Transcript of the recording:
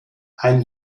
ein